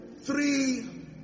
three